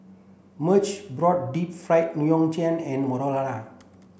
Marge brought Deep Fried Ngoh Hiang and Marlana